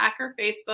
Facebook